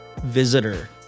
Visitor